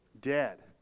Dead